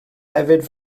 hefyd